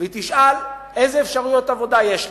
והיא תשאל: איזה אפשרויות עבודה יש לי,